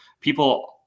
people